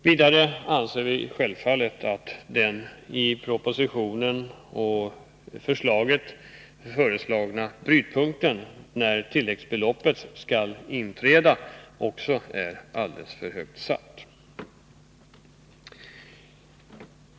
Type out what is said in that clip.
Vidare anser vi självfallet att den i propositionen föreslagna s.k. brytpunkten, dvs. den nivå där tilläggsbeloppet skall inträda, är satt alldeles för högt.